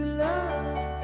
love